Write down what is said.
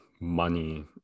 money